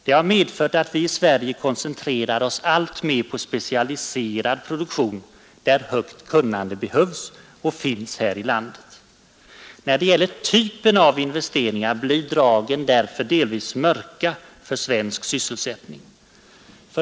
Det har medfört att vi i Sverige alltmer har koncentrerat oss på specialiserad produktion, där högt kunnande behövs — vilket finns i vårt land. När det gäller typen av investeringar blir dragen därför delvis mörkare för svensk sysselsättning.